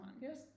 Yes